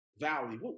valley